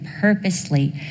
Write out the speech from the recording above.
purposely